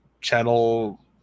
Channel